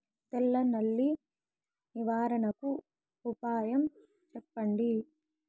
తెల్ల నల్లి నివారణకు ఉపాయం చెప్పండి?